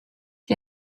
gli